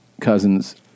cousins